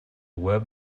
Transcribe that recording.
web